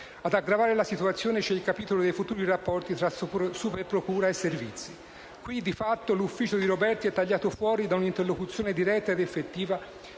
Ad aggravare la situazione c'è il capitolo dei futuri rapporti tra la Superprocura e i servizi. Qui, di fatto, l'ufficio di Roberti è tagliato fuori da un'interlocuzione diretta ed effettiva,